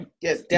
yes